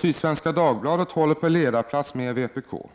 Sydsvenska Dagbladet håller på ledarplats med vpk: